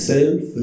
Self